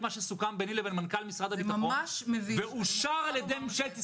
שסוכם ביני לבין מנכ"ל משרד הביטחון ואושר על ידי ממשלת ישראל,